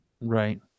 right